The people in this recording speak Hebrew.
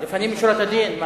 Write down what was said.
לפנים משורת הדין?